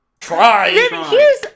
Try